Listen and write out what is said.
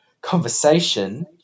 conversation